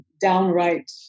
downright